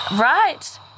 Right